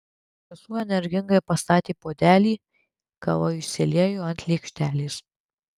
sesuo energingai pastatė puodelį kava išsiliejo ant lėkštelės